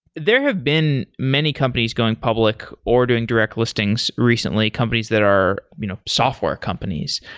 there have been many companies going public or doing direct listings recently. companies that are you know software companies.